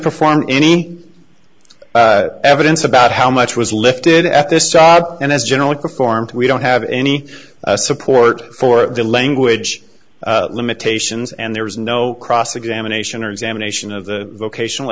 perform any evidence about how much was lifted at this job and as generally performed we don't have any support for the language limitations and there is no cross examination or examination of the vocational